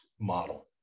model